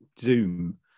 Zoom